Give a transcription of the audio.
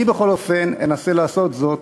אני בכל אופן אנסה לעשות זאת